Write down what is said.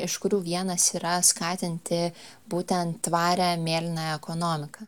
iš kurių vienas yra skatinti būtent tvarią mėlynąją ekonomiką